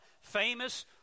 famous